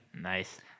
Nice